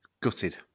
gutted